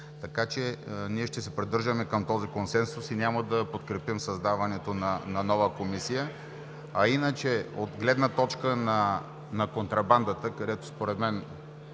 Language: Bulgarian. Така че ние ще се придържаме към този консенсус и няма да подкрепим създаването на нова комисия. Иначе, от гледна точка на контрабандата, където според мен